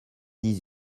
dix